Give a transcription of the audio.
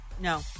No